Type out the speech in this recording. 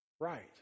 Right